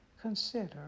consider